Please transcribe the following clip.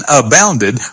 abounded